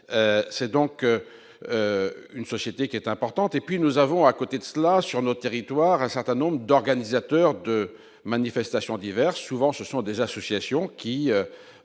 c'est donc une société qui est importante et puis nous avons à côté de cela sur notre territoire un certain nombre d'organisateurs de manifestations diverses, souvent ce sont des associations qui